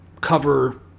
cover